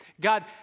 God